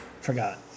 Forgot